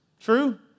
True